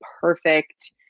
perfect